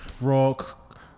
rock